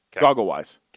goggle-wise